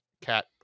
cat